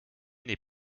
n’est